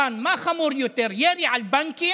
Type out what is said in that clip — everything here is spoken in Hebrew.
רם, מה חמור יותר, ירי על בנקים